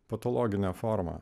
patologinę formą